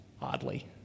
oddly